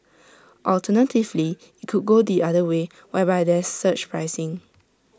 alternatively IT could go the other way whereby there's surge pricing